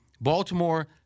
Baltimore